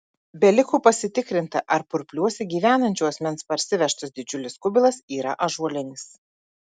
beliko pasitikrinti ar purpliuose gyvenančio asmens parsivežtas didžiulis kubilas yra ąžuolinis